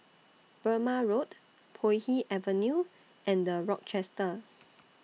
Burmah Road Puay Hee Avenue and The Rochester